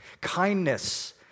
Kindness